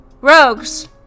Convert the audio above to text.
rogues